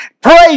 pray